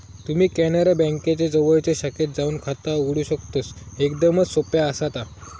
तुम्ही कॅनरा बँकेच्या जवळच्या शाखेत जाऊन खाता उघडू शकतस, एकदमच सोप्या आसा ता